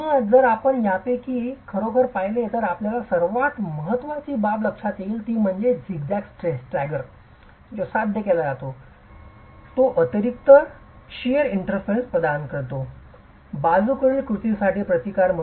म्हणूनच जर आपण यापैकी खरोखर पाहिले तर आपल्याला सर्वात महत्वाची बाब लक्षात येईल ती म्हणजे झीगझॅग स्टॅगर जो साध्य केला जातो जो अतिरिक्त कातर इंटरफेस प्रदान करतो बाजूकडील कृतीसाठी प्रतिकार